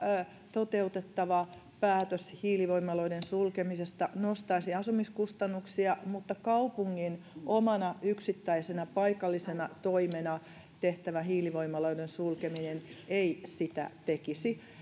toteutettava päätös hiilivoimaloiden sulkemisesta nostaisi asumiskustannuksia mutta kaupungin omana yksittäisenä paikallisena toimena tehtävä hiilivoimaloiden sulkeminen ei sitä tekisi